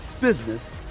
business